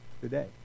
today